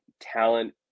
talent